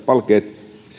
palkeissa